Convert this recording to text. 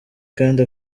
kandi